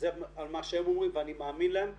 מה שהם אומרים ואני מאמין להם,